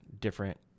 different